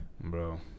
Bro